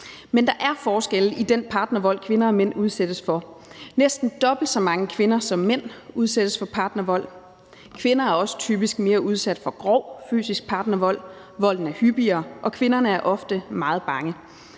Men der er forskelle i den partnervold, som kvinder og mænd udsættes for. Næsten dobbelt så mange kvinder som mænd udsættes for partnervold. Kvinder er typisk også udsat for mere grov fysisk partnervold, volden er hyppigere, og kvinderne er ofte meget bange,